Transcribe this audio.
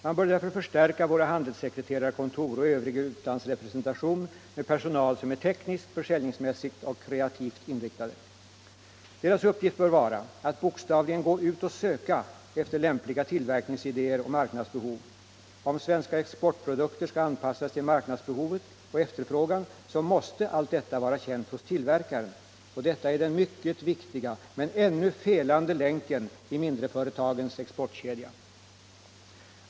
Man bör därför förstärka våra handelssekreterarkontor och övrig utlandsrepresentation med personal som är tekniskt, försäljningsmässigt och kreativt inriktad. Dess uppgift bör vara att bokstavligen gå ut och söka efter lämpliga tillverkningsidéer och marknadsbehov. Om svenska exportprodukter skall anpassas till marknadsbehovet och efterfrågan så måste allt detta vara känt hos tillverkaren — och det är den mycket viktiga men ännu felande länken i mindreföretagens exportkedja.